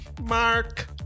Mark